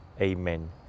Amen